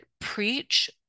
preach